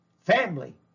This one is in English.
family